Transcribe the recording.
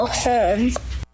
home